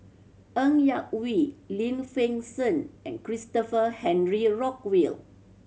Ng Yak Whee Lim Fen Shen and Christopher Henry Rothwell